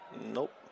Nope